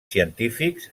científics